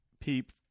peep